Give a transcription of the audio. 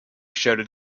shouted